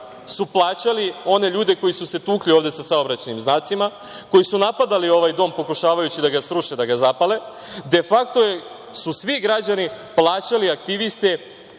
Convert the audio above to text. su plaćali one ljude koji su se tukli ovde sa saobraćajnim znacima, koji su napadali ovaj dom pokušavajući da ga sruše, da ga zapale, de fakto je su svi građani plaćali aktiviste